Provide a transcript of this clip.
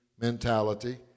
Mentality